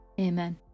amen